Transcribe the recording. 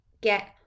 get